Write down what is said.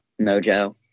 mojo